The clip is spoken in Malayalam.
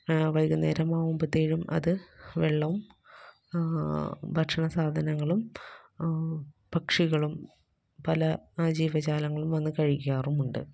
വൈകുന്നേരം ആവുമ്പത്തേഴും അത് വെള്ളവും ഭക്ഷണസാധനങ്ങളും പക്ഷികളും പല ജീവജാലങ്ങളും വന്ന് കഴിക്കാറുമുണ്ട്